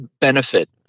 benefit